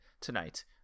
tonight